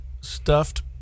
stuffed